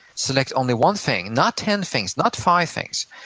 select only one thing, not ten things, not five things,